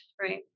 right